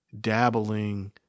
dabbling